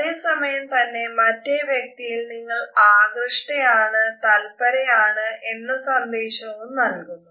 അതേ സമയം തന്നെ മറ്റേ വ്യക്തിയിൽ നിങ്ങൾ ആകൃഷ്ടയാണ്തല്പരയാണ് എന്ന സന്ദേശവും നൽകുന്നു